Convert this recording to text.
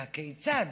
הכיצד?